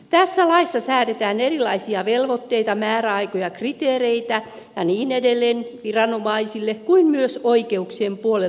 tässä laissa säädetään erilaisia velvoitteita määräaikoja kriteereitä ja niin edelleen viranomaisille kuten myös oikeuksien puolelta kansalaisille